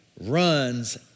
runs